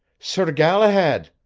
sir galahad!